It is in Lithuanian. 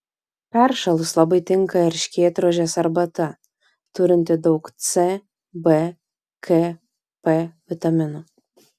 peršalus labai tinka erškėtrožės arbata turinti daug c b k p vitaminų